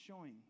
showing